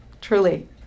truly